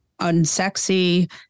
unsexy